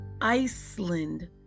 Iceland